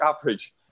average